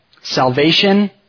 salvation